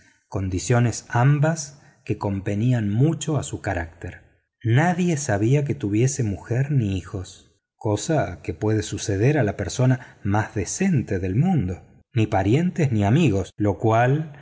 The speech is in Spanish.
condiciones ambas que convenían mucho a su carácter nadie sabía que tuviese mujer ni hijos cosa que puede suceder a la persona más decente del mundo ni parientes ni amigos lo cual